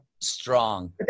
strong